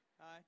Hi